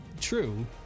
True